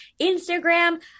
Instagram